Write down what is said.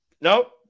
Nope